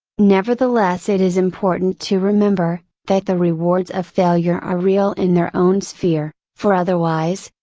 nevertheless it is important to remember, that the rewards of failure are real in their own sphere, for otherwise,